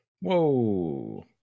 Whoa